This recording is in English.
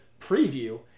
Preview